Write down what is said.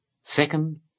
Second